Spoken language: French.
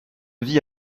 vit